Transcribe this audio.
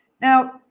now